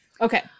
okay